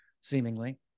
seemingly